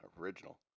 original